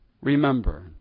Remember